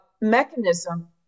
mechanism